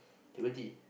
Timothy